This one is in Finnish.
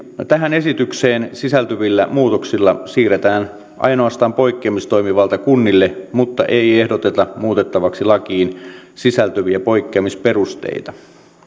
tähän esitykseen sisältyvillä muutoksilla siirretään ainoastaan poikkeamistoimivalta kunnille mutta ei ehdoteta muutettavaksi lakiin sisältyviä poikkeamisperusteita